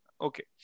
Okay